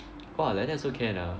!wah! like that also can ah